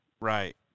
Right